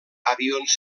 avions